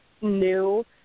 new